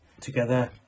together